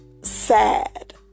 sad